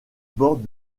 bords